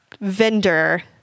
vendor